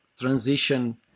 transition